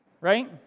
Right